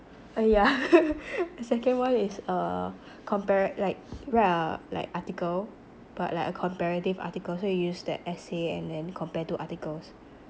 uh yeah the second [one] is a compare like write a like article but like a comparative article so you use that essay and then compare two articles